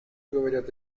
говорят